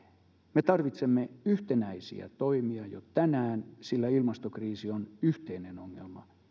me tarvitsemme yhtenäisiä toimia jo tänään sillä ilmastokriisi on yhteinen ongelma